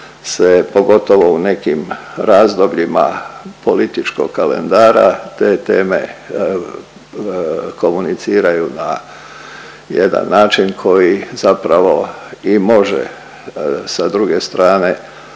pogotovo u nekim razdobljima političkog kalendara, te teme komuniciraju na jedan način koji zapravo i može sa druge strane